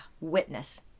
Witness